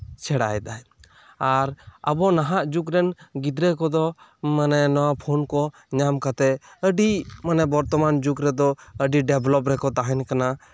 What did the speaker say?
ᱥᱮᱲᱟᱭᱮᱫᱟᱭ ᱟᱨ ᱟᱵᱚ ᱱᱟᱦᱟᱜ ᱡᱩᱜᱽ ᱨᱮᱱ ᱜᱤᱫᱽᱨᱟᱹ ᱠᱚᱫᱚ ᱢᱟᱱᱮ ᱱᱚᱣᱟ ᱯᱷᱳᱱ ᱠᱚ ᱧᱟᱢ ᱠᱟᱛᱮᱜ ᱟᱹᱰᱤ ᱵᱚᱨᱛᱚᱢᱟᱱ ᱡᱩᱜᱽ ᱨᱮᱫᱚ ᱟᱹᱰᱤ ᱰᱮᱵᱷᱞᱚᱵ ᱨᱮᱠᱚ ᱛᱟᱦᱮᱸᱱ ᱠᱟᱱᱟ